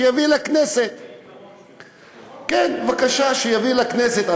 שיביא לכנסת, בבקשה, שיביא לכנסת.